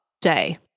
Day